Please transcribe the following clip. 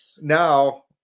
Now